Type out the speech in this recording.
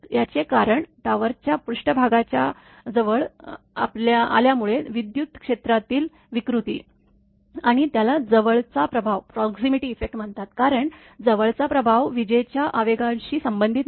याचे कारण टॉवरच्या पृष्ठभागाच्या जवळ आल्यामुळे विद्युत क्षेत्रातील विकृती आणि त्याला जवळचा प्रभाव म्हणतात कारण जवळचा प्रभाव विजेच्या आवेगांशी संबंधित नाही